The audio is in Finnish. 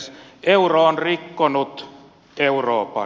euro on rikkonut euroopan